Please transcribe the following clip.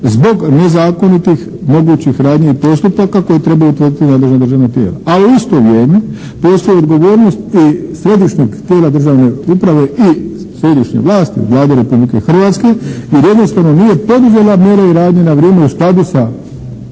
zbog nezakonitih mogućih radnji i postupaka koje treba utvrditi nadležna državna tijela. Al' u isto vrijeme postoji odgovornost i središnjeg tijela državne uprave i središnje vlasti Vlade Republike Hrvatske, jer jednostavno nije poduzela mjere i radnje na vrijeme u skladu sa